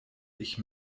ich